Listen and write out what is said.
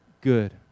good